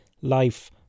Life